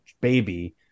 baby